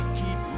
keep